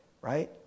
right